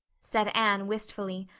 said anne wistfully,